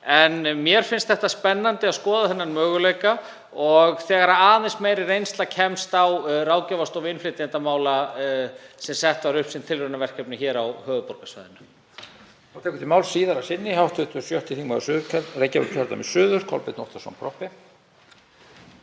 Mér finnst spennandi að skoða þennan möguleika þegar aðeins meiri reynsla kemst á ráðgjafarstofu innflytjenda sem sett var upp sem tilraunaverkefni á höfuðborgarsvæðinu.